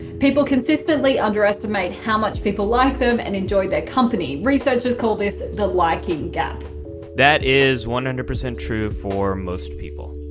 people consistently underestimate how much people like them and enjoy their company researchers call this the liking gap that is one hundred and percent true for most people.